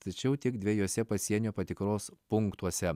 tačiau tik dviejuose pasienio patikros punktuose